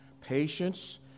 patience